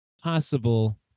possible